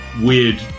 weird